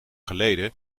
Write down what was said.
geleden